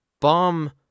bomb